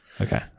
Okay